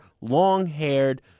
long-haired